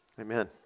Amen